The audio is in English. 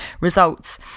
results